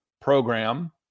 program